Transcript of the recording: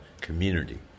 community